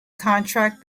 contract